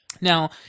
Now